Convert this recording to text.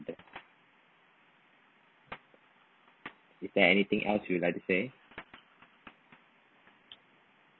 is there anything else you'd like to say